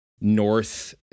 north